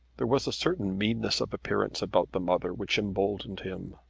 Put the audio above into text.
there was a certain meanness of appearance about the mother which emboldened him.